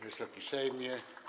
Wysoki Sejmie!